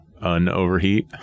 un-overheat